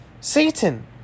Satan